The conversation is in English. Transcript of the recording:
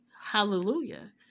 hallelujah